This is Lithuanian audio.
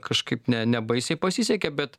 kažkaip ne ne baisiai pasisekė bet